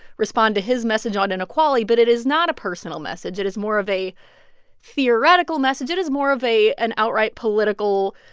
respond to his message on inequality. but it is not a personal message. it is more of a theoretical message. it is more of a an outright political,